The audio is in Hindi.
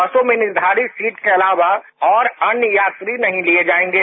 बसों में निर्धारित सीट के अलावा और अन्य यात्री नहीं लिए जाएंगे